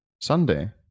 Sunday